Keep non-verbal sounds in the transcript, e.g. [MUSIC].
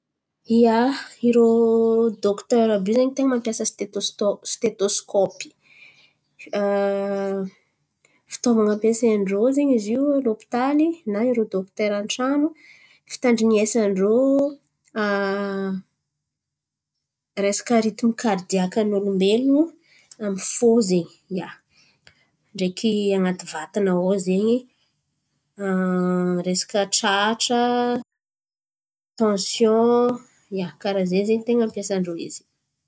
Ia, irô dokotera àby io zen̈y ten̈a mampiasa sitetôsitôpy sisetôsikôpy [HESITATION] fitaovan̈a ampiasain-drô zen̈y izy io a lôpitaly na irô dokotera an-tran̈o. Fitandrin̈esan-drô [HESITATION] resaka ritima karidiakan'olombelon̈o amy fô zen̈y. Ia, ndreky an̈aty vatana ao zen̈y [HESITATION] resaka tratra, tansiòn. Ia, karà ze zen̈y ten̈a ampiasan-drô izy.